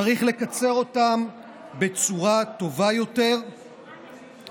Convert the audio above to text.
צריך לקצר אותם בצורה טובה יותר ובעיקר